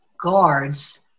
guards